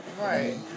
Right